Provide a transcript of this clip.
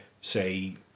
say